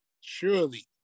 surely